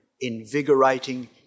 invigorating